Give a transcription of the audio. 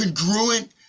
congruent